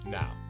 now